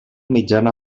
mitjana